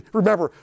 remember